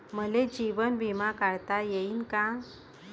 मले जीवन बिमा काढता येईन का?